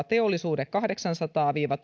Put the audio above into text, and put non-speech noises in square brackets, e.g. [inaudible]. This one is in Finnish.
[unintelligible] teollisuudelle kahdeksansadan viiva [unintelligible]